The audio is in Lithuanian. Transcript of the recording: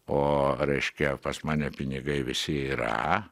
o reiškia pas mane pinigai visi yra